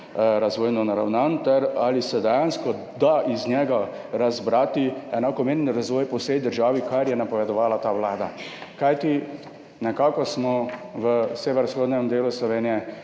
razvojno naravnan ter ali se dejansko da iz njega razbrati enakomeren razvoj po vsej državi, kar je napovedovala ta vlada? Nekako smo v severovzhodnem delu Slovenije,